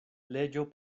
leĝo